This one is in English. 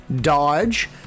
Dodge